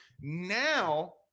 Now